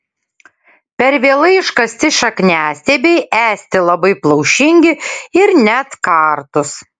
per vėlai iškasti šakniastiebiai esti labai plaušingi ir net kartūs